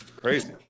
crazy